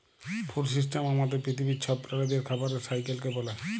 food system আমাদের পিথিবীর ছব প্রালিদের খাবারের সাইকেলকে ব্যলে